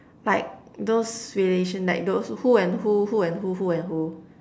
like those relation like those who and who who and who who and who